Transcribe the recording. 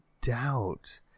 doubt